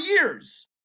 years